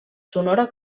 sonora